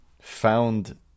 found